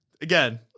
Again